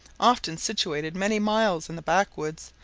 often situated many miles in the backwoods,